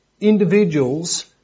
individuals